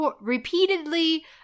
repeatedly